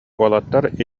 уолаттар